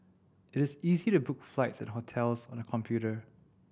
it is easy to book flights and hotels on the computer